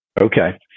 Okay